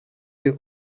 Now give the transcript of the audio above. you